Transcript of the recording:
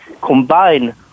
combine